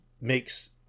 makes